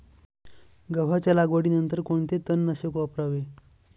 गव्हाच्या लागवडीनंतर कोणते तणनाशक वापरावे?